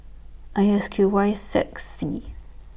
I S Q Y six Z